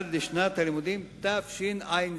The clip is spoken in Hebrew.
עד לשנת הלימודים התשע"ז.